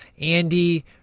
Andy